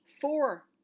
four